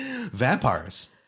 Vampires